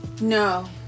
No